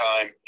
time